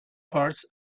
parts